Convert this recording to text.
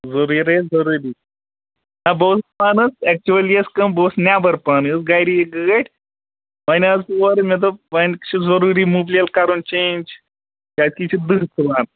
ضوٚروٗری ضوٚروٗری نہ بہم اوسُس پانہ حظ ایٚکچُلی ٲس کٲم بہٕ اوسُس پانہ نیٚبر یہِ ٲس گرے گٲڈ ونۍ آس بہٕ اورٕ مےٚ دوٚپ ضوٚروٗری ونۍ چھُ مُبلیل کَرُن چینٛج کیازکہ یہ چھُ دُہہ تُلان